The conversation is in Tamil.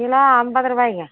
கிலோ ஐம்பது ரூபாய்ங்க